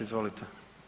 Izvolite.